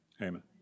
Amen